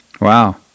Wow